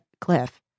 cliff